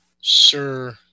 sir